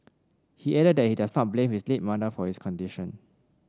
he added that he does not blame his late mother for his condition